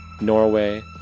Norway